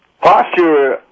Posture